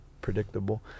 predictable